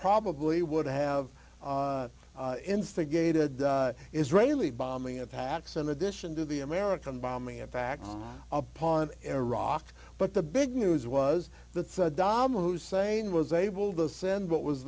probably would have instigated the israeli bombing attacks in addition to the american bombing in fact upon iraq but the big news was that saddam hussein was able the send what was